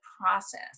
process